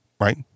Right